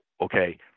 okay